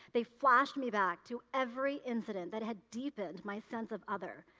they flashed me back to every incident that had deepened my sense of other.